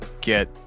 get